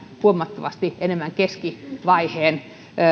huomattavasti enemmän keskivaiheen